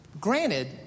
granted